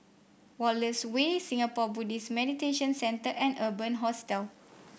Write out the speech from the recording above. Wallace Way Singapore Buddhist Meditation Centre and Urban Hostel